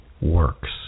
works